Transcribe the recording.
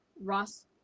Ross